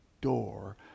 door